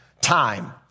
time